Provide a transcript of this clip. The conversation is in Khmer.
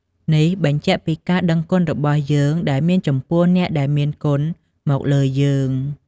នេះបញ្ជាក់ពីការដឹងគុណរបស់យើង ដែលមានចំពោះអ្នកដែលមានគុណមកលើយើង។